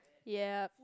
yeap